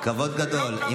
כבוד גדול, כבוד גדול.